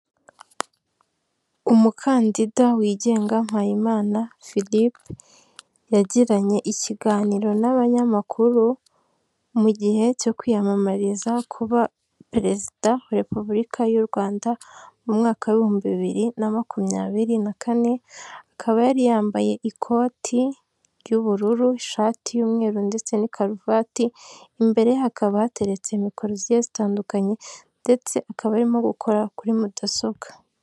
Umukandida wigenga Mpayimana Philippe yagiranye ikiganiro n'abanyamakuru mu gihe cyo kwiyamamariza kuba perezida wa Repubulika y'u Rwanda, mu mwaka w'ibihumbi bibiri na makumyabiri na kane, akaba yari yambaye ikoti ry'ubururu, ishati y'umweru ndetse n'ikaruvati, imbere ye hakaba hateretse mikoro zigiye zitandukanye ndetse akaba arimo gukora kuri mudasobwa.